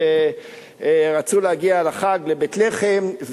הן רצו להגיע לחג לבית-לחם,